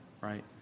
right